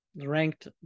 ranked